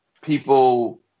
people